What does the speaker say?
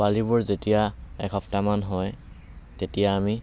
পোৱালিবোৰ যেতিয়া এসপ্তাহমান হয় তেতিয়া আমি